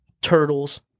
turtles